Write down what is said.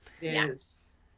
Yes